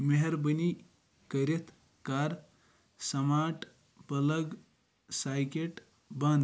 میٚہربٲنی کٔرِتھ کَر سَماٹ پٕلگ ساکٮ۪ٹ بنٛد